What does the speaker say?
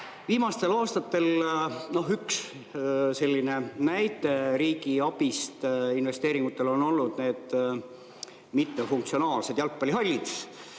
Viimaste aastate üks selline näide riigiabist investeeringutel on olnud mittefunktsionaalsed jalgpallihallid.